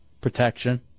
Protection